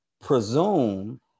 presume